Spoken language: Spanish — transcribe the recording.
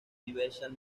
universal